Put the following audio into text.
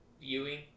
viewing